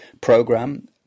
program